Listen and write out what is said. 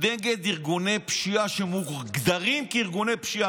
נגד ארגוני פשיעה שמוגדרים כארגוני פשיעה,